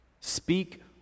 speak